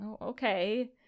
Okay